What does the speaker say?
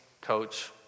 coach